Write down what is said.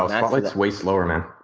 oh, spotlight is way slower than